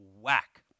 whack